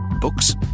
Books